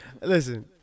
Listen